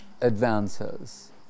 advances